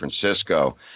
Francisco –